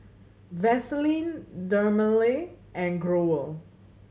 Vaselin Dermale and Growell